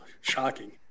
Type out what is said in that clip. Shocking